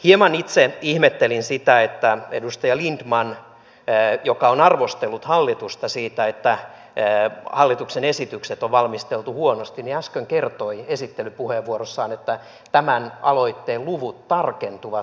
hieman itse ihmettelin sitä että edustaja lindtman joka on arvostellut hallitusta siitä että hallituksen esitykset on valmisteltu huonosti äsken kertoi esittelypuheenvuorossaan että tämän aloitteen luvut tarkentuvat myöhemmin